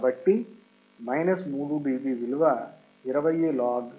కాబట్టి 3 dB విలువ 20log0